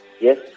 yes